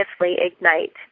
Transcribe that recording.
ignite